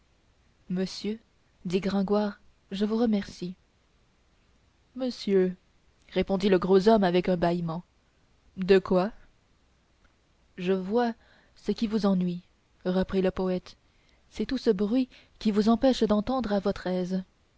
monsieur dit gringoire je vous remercie monsieur répondit le gros homme avec un bâillement de quoi je vois ce qui vous ennuie reprit le poète c'est tout ce bruit qui vous empêche d'entendre à votre aise